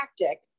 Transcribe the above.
tactic